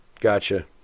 Gotcha